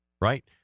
right